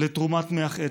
לתרומת מוח עצם.